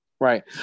Right